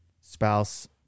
spouse